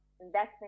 investment